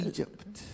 Egypt